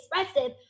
expressive